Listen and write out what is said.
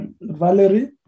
Valerie